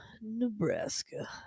nebraska